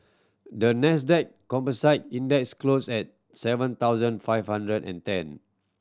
the Nasdaq Composite Index closed at seven thousand five hundred and ten